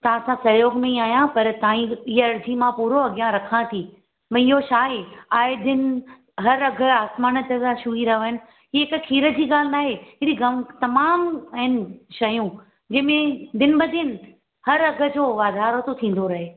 तव्हां सां सहयोग में ई आहियां पर ताईं ईअं अर्ज़ी मां पूरो अॻियां रखां थी भई इहो छा आहे आहे दिन हर अघु आसमान ते त छुई रहनि इहे त खीर जी ॻाल्हि न आहे हेॾी तमामु आहिनि शयूं जंहिंमें दिन भर दिन हर अघु जो वाधारो थो थींदो रहे